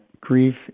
grief